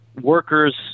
workers